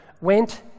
went